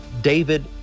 David